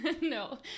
no